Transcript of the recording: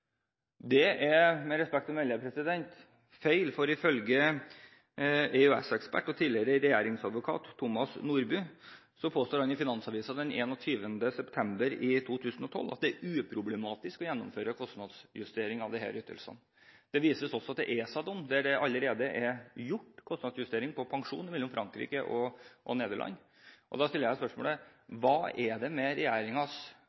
Det er, med respekt å melde, feil, for ifølge Finansavisen den 21. september 2012 påstår EØS-ekspert og tidligere regjeringsadvokat Thomas Nordby at det er uproblematisk å gjennomføre en kostnadsjustering av disse ytelsene. Det vises også til en ESA-dom, og at det allerede er gjort en kostnadsjustering på pensjon mellom Frankrike og Nederland. Da stiller jeg